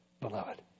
beloved